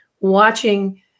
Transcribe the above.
watching